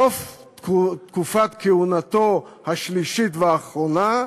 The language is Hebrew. סוף תקופת כהונתו השלישית והאחרונה,